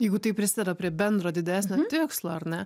jeigu tai prisideda prie bendro didesnio tikslo ar ne